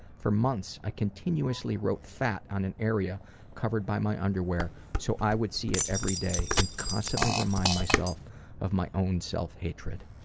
for months i continuously wrote fat on an area covered by my underwear so i would see it every day and constantly remind myself of my own self-hatred.